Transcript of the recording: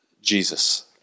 Jesus